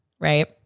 Right